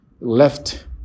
left